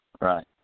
Right